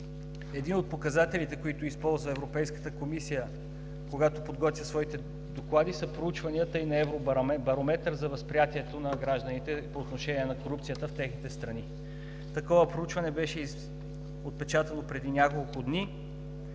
Един от показателите, които използва Европейската комисия, когато подготвя своите доклади, са проучванията и на Евробарометър за възприятието на гражданите по отношение на корупцията в техните страни. Такова проучване беше отпечатано преди няколко дни.